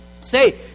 say